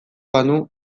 banu